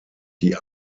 die